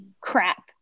crap